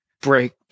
break